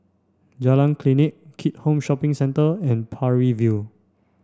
Jalan Klinik Keat Hong Shopping Centre and Parry View